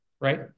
right